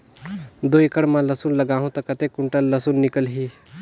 दो एकड़ मां लसुन लगाहूं ता कतेक कुंटल लसुन निकल ही?